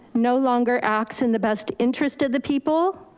no longer acts in the best interest of the people.